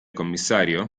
commissario